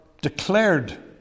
declared